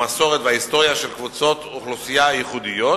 המסורת וההיסטוריה של קבוצות אוכלוסייה ייחודיות,